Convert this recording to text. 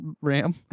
ram